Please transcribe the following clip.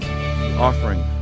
Offering